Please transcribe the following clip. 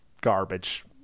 garbage